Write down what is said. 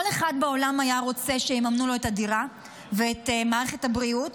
כל אחד בעולם היה רוצה שיממנו לו את הדירה ואת מערכת הבריאות